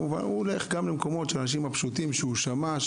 הוא הולך לבקר גם אנשים חולים עליהם הוא שמע,